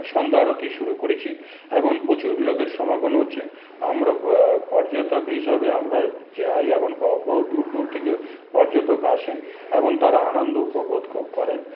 সন্ধ্যা আরতি শুরু করেছি এবং প্রচুর লোকের সমাগম হচ্ছে আমরা পর্যটক হিসাবে আমরা যাই এবং বহু দূর দূর থেকে পর্যটক আসেন এবং তারা আনন্দ উপভোগ করেন